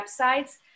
websites